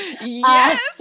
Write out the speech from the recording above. yes